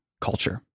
culture